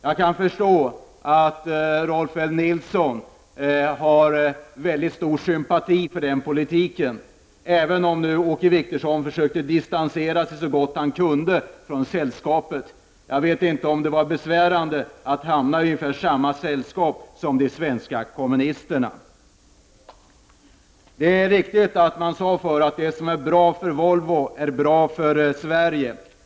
Jag kan förstå att Rolf L Nilson har mycket stor sympati för den politiken, även om Åke Wictorsson försökte distansera sig så gott han kunde från sällskapet. Jag vet inte om det var besvärande att hamna i ungefär samma sällskap som de svenska kommunisterna. Det är riktigt att man förr sade att det som är bra för Volvo är bra för Sverige.